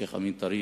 השיח' אמין טריף,